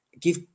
give